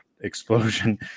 explosion